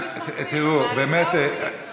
למה מתפרצים?